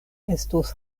estos